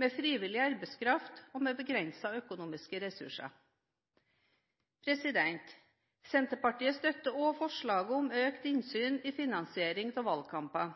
med frivillig arbeidskraft og begrensede økonomiske ressurser. Senterpartiet støtter også forslaget om økt innsyn i finansiering av valgkamper.